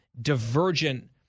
divergent